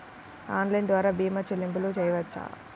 Online ద్వార భీమా చెల్లింపులు చేయవచ్చా?